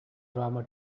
drama